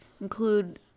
include